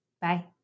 Bye